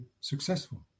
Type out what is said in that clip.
successful